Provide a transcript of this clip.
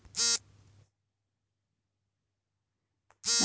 ನನಗೆ ಕೌಟುಂಬಿಕ ಕಾರಣಗಳಿಗಾಗಿ ಸಾಲ ಸಿಗುತ್ತದೆಯೇ?